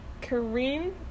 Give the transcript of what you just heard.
Kareem